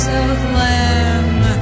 Southland